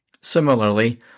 Similarly